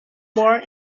born